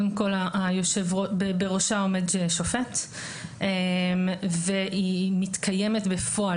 בראשה עומד שופט והיא מתקיימת בפועל